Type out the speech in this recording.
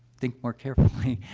think more carefully, ah,